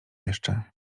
jeszcze